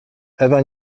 ewa